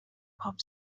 pop